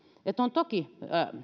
että on toki